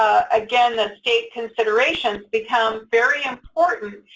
again, the state considerations become very important,